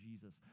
jesus